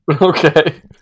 okay